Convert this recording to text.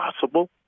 possible